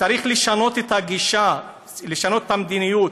צריך לשנות את הגישה, לשנות את המדיניות.